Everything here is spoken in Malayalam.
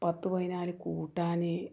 പത്ത് പതിനാല് കൂട്ടാന്